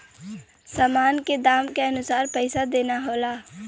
सामान के दाम के अनुसार पइसा देना होला